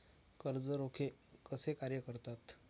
कर्ज रोखे कसे कार्य करतात?